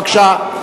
בבקשה.